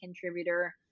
contributor